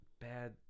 bad